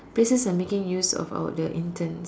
places are making use of our the interns